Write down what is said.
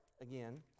again